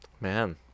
Man